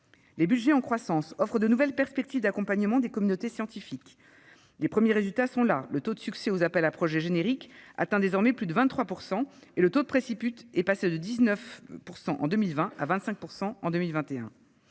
Les budgets en croissance offrent de nouvelles perspectives d'accompagnement des communautés scientifiques. Les premiers résultats sont là : le taux de succès aux appels à projets génériques atteint désormais plus de 23 % et le taux de préciput est passé de 19 % en 2020 à 25 % en 2021.